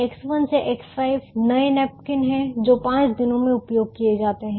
X1 से X5 नए napkin हैं जो 5 दिनों मे उपयोग किए जाते हैं